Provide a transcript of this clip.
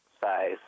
size